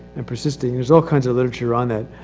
and persisting. there's all kinds of literature on that.